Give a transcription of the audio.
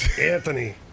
Anthony